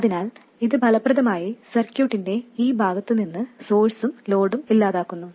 അതിനാൽ ഇത് ഫലപ്രദമായി സർക്യൂട്ടിന്റെ ഈ ഭാഗത്ത് നിന്നു സോഴ്സും ലോഡും ഇല്ലാതാക്കുന്നു